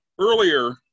earlier